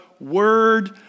word